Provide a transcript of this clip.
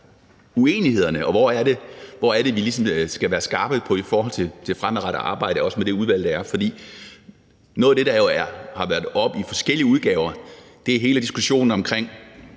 uenighederne er, og hvor er det, vi ligesom skal være skarpe i forhold til det fremadrettede arbejde, også med det udvalg, der er. Noget af det, der jo har været oppe i forskellige udgaver, er hele diskussionen om